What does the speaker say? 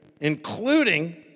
including